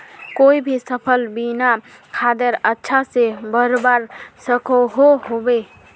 कोई भी सफल बिना खादेर अच्छा से बढ़वार सकोहो होबे?